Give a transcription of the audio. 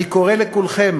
אני קורא לכולכם,